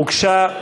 הוגשה,